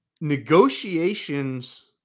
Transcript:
negotiations